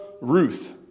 Ruth